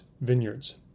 vineyards